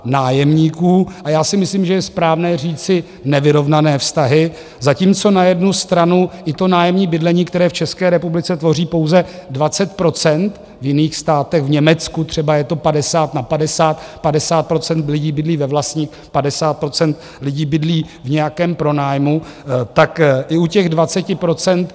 A já si myslím, že je správné říci nevyrovnané vztahy, zatímco na jednu stranu i to nájemní bydlení, které v České republice tvoří pouze 20 %, v jiných státech, v Německu třeba, je to 50 na 50, 50 % lidí bydlí ve vlastních, 50 % lidí bydlí v nějakém pronájmu, tak i u těch 20 %...